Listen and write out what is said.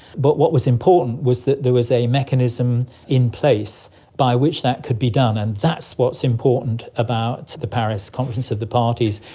but what was important was that there was a mechanism in place by which that could be done, and that's what's important about the paris conference of the parties,